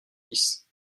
dix